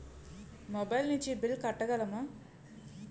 Mobile నుంచి bill కట్టగలమ?